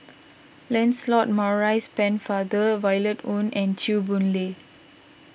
Lancelot Maurice Pennefather Violet Oon and Chew Boon Lay